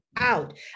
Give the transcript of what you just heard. out